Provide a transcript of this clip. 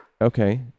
Okay